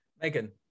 Megan